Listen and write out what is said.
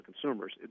consumers